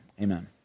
Amen